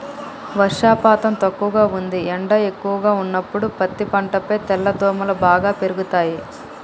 వర్షపాతం తక్కువగా ఉంది ఎండ ఎక్కువగా ఉన్నప్పుడు పత్తి పంటపై తెల్లదోమలు బాగా పెరుగుతయి